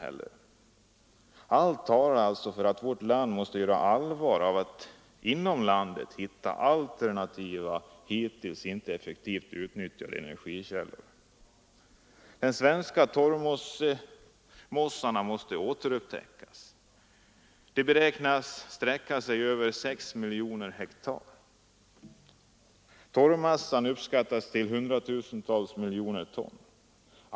Allt talar alltså för att vårt land måste göra allvar av att inom landet hitta alternativa, hittills inte effektivt utnyttjade energikällor. De svenska torvmossarna måste återupptäckas. De beräknas sträcka sig över 6 miljoner hektar. Torvmassan uppskattas till hundratusentals miljoner ton.